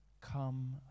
come